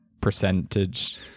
percentage